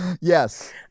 Yes